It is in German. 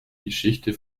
geschichten